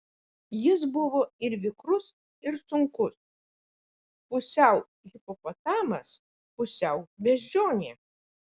jis buvo ir vikrus ir sunkus pusiau hipopotamas pusiau beždžionė